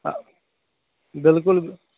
آ بِلکُل